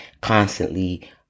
constantly